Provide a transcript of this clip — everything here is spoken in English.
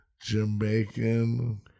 Jamaican